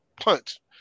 punch